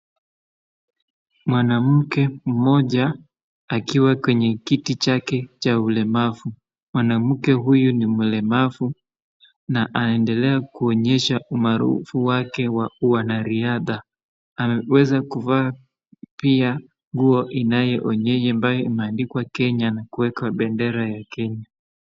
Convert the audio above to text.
Mwanamke mmoja akiwa kwenye kiti chake cha ulemavu. Mwanamke huyu ni mlemavu na aendelea kuonyesha umaarufu wake wa uwanariadha. Ameweza kuvaa pia nguo ambayo imeandikwa Kenya na kuwekwa bendera ya Kenya.